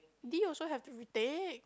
D also have to retake